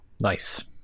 Nice